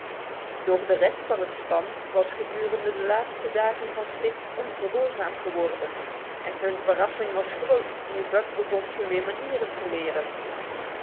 doch de rest van het span was gedurende de laatste dagen van spitz ongehoorzaam geworden en hun verrassing was groot nu buck begon hun weer manieren te leren